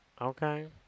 Okay